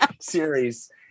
series